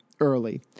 early